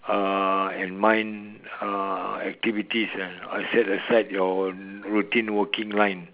uh and mind uh activities eh and set I aside your routine working line